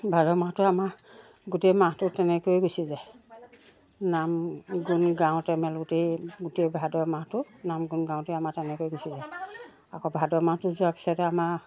ভাদৰ মাহটো আমাৰ গোটেই মাহটো তেনেকৈয়ে গুচি যায় নাম গুণ গাওঁতে মেলোতেই গোটেই ভাদৰ মাহটো নাম গুণ গাওঁতে আমাৰ তেনেকৈ গুচি যায় আকৌ ভাদৰ মাহটো যোৱাৰ পিছতে আমাৰ